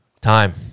Time